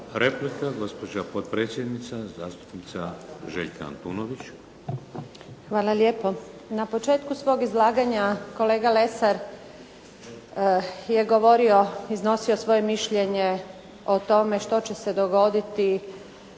Replika. Gospođa potpredsjednica zastupnica Željka Antunović. **Antunović, Željka (SDP)** Hvala lijepo. Na početku svog izlaganja kolega Lesar je govorio, iznosio svoje mišljenje o tome što će se dogoditi